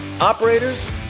operators